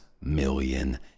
million